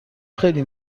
خیلی